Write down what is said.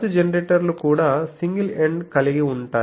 pulse జనరేటర్లు కూడా single end కలిగి ఉంటాయి